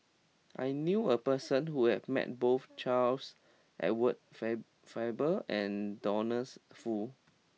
I knew a person who has met both Charles Edward Faber and Douglas Foo